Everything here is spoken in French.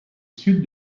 sud